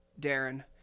Darren